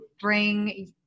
bring